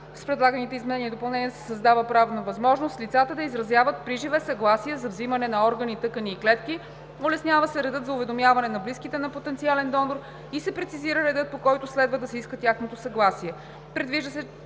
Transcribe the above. С предлаганите изменения и допълнения се създава правна възможност лицата да изразяват приживе съгласие за взимане на органи, тъкани и клетки, улеснява се редът за уведомяване на близките на потенциален донор и се прецизира редът, по който следва да се иска тяхното съгласие.